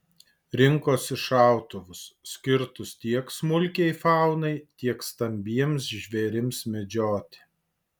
rinkosi šautuvus skirtus tiek smulkiai faunai tiek stambiems žvėrims medžioti